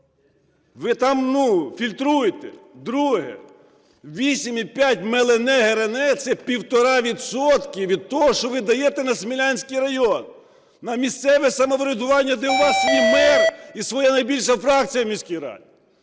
Ви там фільтруйте! Друге. 8,5 мільйонів гривень – це 1,5 відсотка від того, що ви даєте на Смілянський район, на місцеве самоврядування, де у вас свій мер і своя найбільша фракція у міській раді.